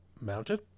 mounted